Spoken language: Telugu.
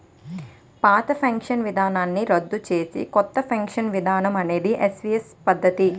పాత పెన్షన్ విధానాన్ని రద్దు చేసి కొత్త పెన్షన్ విధానం అనేది ఎన్పీఎస్ పద్ధతి